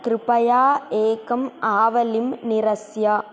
कृपयाा एकम् आवलिं निरस्य